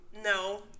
No